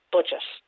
Budget